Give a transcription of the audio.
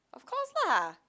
of course lah